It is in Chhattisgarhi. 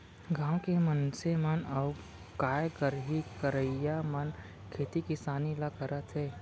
गॉंव के मनसे मन अउ काय करहीं करइया मन खेती किसानी ल करत हें